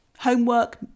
Homework